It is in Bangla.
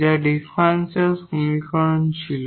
যা ডিফারেনশিয়াল সমীকরণ ছিল